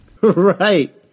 Right